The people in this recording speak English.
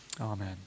Amen